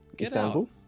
Istanbul